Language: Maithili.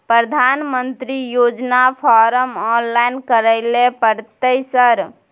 प्रधानमंत्री योजना फारम ऑनलाइन करैले परतै सर?